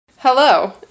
Hello